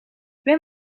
ben